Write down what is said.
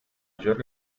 york